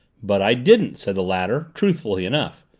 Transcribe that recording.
but i didn't, said the latter, truthfully enough.